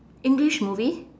english movie